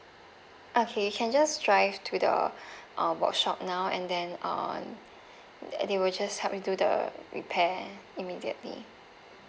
okay you can just drive to the uh workshop now and then uh they will just help you do the repair immediately